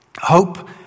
Hope